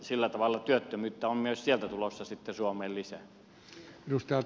sillä tavalla työttömyyttä on myös sieltä tulossa suomeen lisää